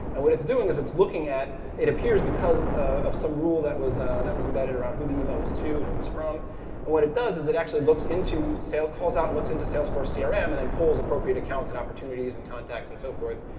and what it's doing is it's looking at it appears because of some rule that was that was embedded around who the email was to and who it was from and what it does is it actually looks into sales calls out and looks into salesforce yeah crm, and then pulls appropriate accounts and opportunities and contacts and so forth,